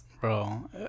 bro